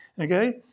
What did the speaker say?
okay